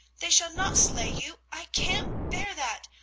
they shall not slay you, i can't bear that.